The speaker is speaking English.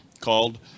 called